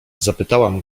zapytałam